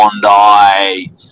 Bondi